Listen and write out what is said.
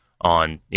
on